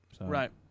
right